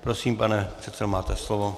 Prosím, pane předsedo, máte slovo.